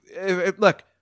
Look